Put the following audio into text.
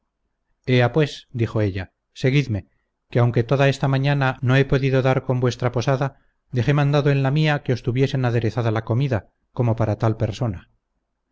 ea pues dijo ella seguidme que aunque toda esta mañana no he podido dar con vuestra posada dejé mandado en la mía que os tuviesen aderezada la comida como para tal persona